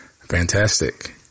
Fantastic